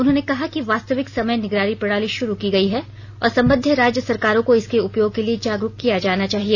उन्होंने कहा कि वास्तविक समय निगरानी प्रणाली शुरू की गई है और संबंद्व राज्य सरकारों को इसके उपयोग के लिए जागरूक किया जाना चाहिए